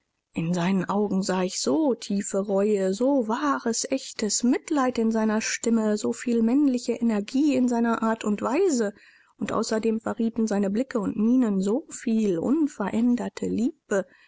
in seinen augen sah ich so tiefe reue so wahres echtes mitleid in seiner stimme so viel männliche energie in seiner art und weise und außerdem verrieten seine blicke und mienen so viel unveränderte liebe